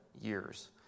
years